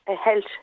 health